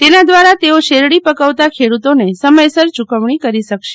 તેના દ્વારા તેઓ શેરડી પકવતાં ખેડૂતોને સમયસર ચૂકવણી કરી શકશે